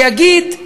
שיגיד,